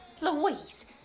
Louise